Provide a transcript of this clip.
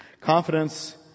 Confidence